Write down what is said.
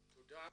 תודה.